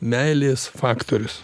meilės faktorius